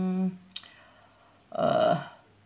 mm uh